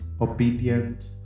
obedient